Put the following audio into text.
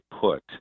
put